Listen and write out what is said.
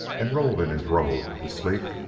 and rolled in his robe to sleep,